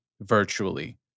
virtually